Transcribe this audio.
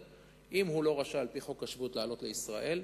אם הוא לא רשאי על-פי חוק השבות לעלות לישראל,